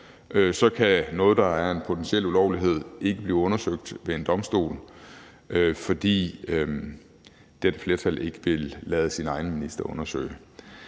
kan noget, der er en potentiel ulovlighed, ikke blive undersøgt ved en domstol, fordi dette flertal ikke vil lade sin minister undersøge.